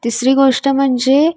तिसरी गोष्ट म्हणजे